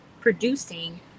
producing